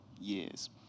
years